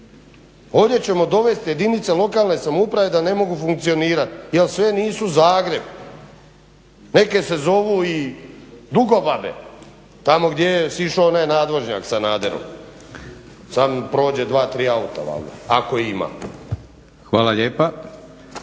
Ovdje ćemo dovesti jedinice lokalne samouprave da ne mogu funkcionirati jer sve nisu Zagreb. Neke se zovu i Dugobabe tamo gdje je sišao onaj nadvožnjak Sanaderov, samo prođu dva, tri auta valjda ako i ima.